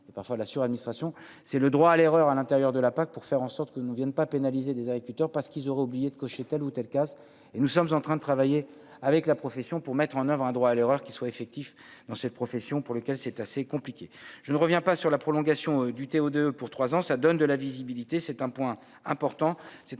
et parfois la sur administration c'est le droit à l'erreur à l'intérieur de la PAC pour faire en sorte que nous viennent pas pénaliser des agriculteurs parce qu'ils auront oublié de cocher telle ou telle casse et nous sommes en train de travailler avec la profession pour mettre en oeuvre un droit à l'erreur qu'il soit effectif. Dans ces professions pour lesquels c'est assez compliqué, je ne reviens pas sur la prolongation du thé deux pour 3 ans, ça donne de la visibilité, c'est un point important,